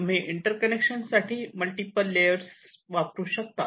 तुम्ही इंटर्कनेक्शन साठी multiple layers वापरू शकतात